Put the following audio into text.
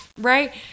Right